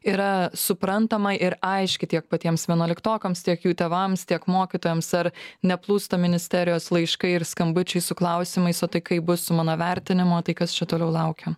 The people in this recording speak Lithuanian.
yra suprantama ir aiški tiek patiems vienuoliktokams tiek jų tėvams tiek mokytojams ar neplūsta ministerijos laiškai ir skambučiai su klausimais o tai kaip bus su mano vertinimu tai kas čia toliau laukia